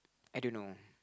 I don't know